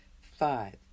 Five